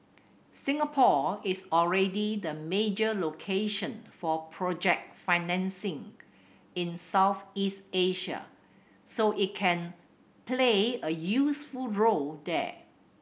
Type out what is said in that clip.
Singapore is already the major location for project financing in Southeast Asia so it can play a useful role there